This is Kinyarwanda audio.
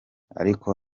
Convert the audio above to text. ariko